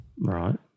Right